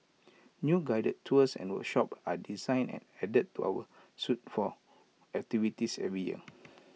new guided tours and workshops are designed and added to our suite of activities every year